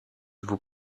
vous